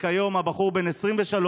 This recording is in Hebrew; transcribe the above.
וכיום הבחור בן 23,